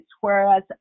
whereas